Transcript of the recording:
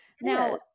Now